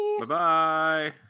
Bye-bye